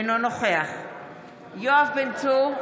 אינו נוכח יואב בן צור,